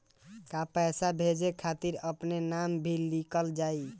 का पैसा भेजे खातिर अपने नाम भी लिकल जाइ?